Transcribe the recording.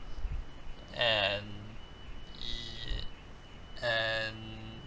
and e~ and